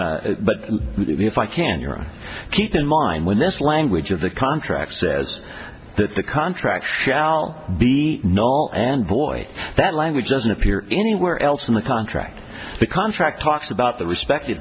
but if i can your keep in mind when this language of the contract says that the contract shall be null and void that language doesn't appear anywhere else in the contract the contract talks about the respect